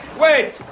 Wait